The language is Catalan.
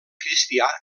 cristià